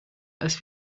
als